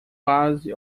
quase